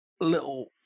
little